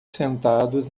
sentados